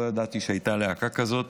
לא ידעתי שהייתה להקה כזאת,